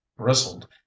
bristled